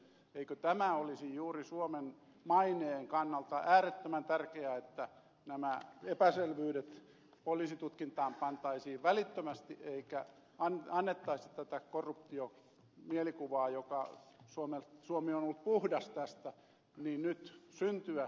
eikö olisi juuri suomen maineen kannalta äärettömän tärkeää että nämä epäselvyydet poliisitutkintaan pantaisiin välittömästi eikä annettaisi tätä korruptiomielikuvaa josta suomi on ollut puhdas nyt syntyä